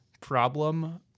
problem